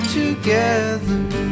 together